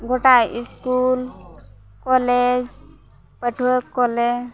ᱜᱳᱴᱟ school college ᱯᱟᱹᱴᱷᱩᱣᱟᱹ ᱠᱚᱞᱮ